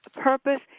purpose